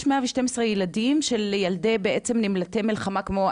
יש 112 ילדים שהם ילדי נמלטי מלחמה בעצם?